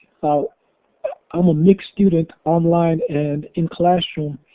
so i'm a mixed student online and in classroom.